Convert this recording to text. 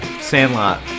Sandlot